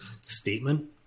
statement